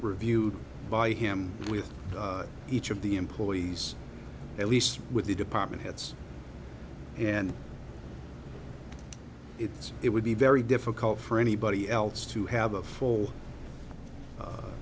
reviewed by him with each of the employees at least with the department heads and it's it would be very difficult for anybody else to have a full